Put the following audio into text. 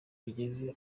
yigeze